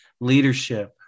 leadership